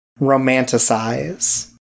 romanticize